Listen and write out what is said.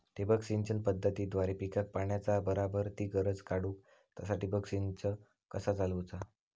ठिबक सिंचन पद्धतीद्वारे पिकाक पाण्याचा बराबर ती गरज काडूक तसा ठिबक संच कसा चालवुचा?